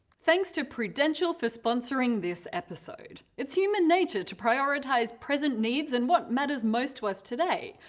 thanks to prudential for sponsoring this episode. it's human nature to prioritize present needs and what matters most to us today.